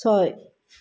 ছয়